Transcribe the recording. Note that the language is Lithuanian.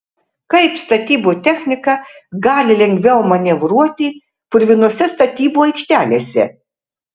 kaip statybų technika gali lengviau manevruoti purvinose statybų aikštelėse